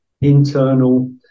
internal